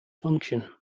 function